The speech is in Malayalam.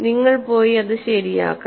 നിങ്ങൾ പോയി അത് ശരിയാക്കണം